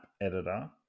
Editor